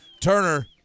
Turner